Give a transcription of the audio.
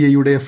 I യുടെ F